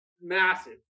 massive